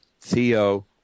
Theo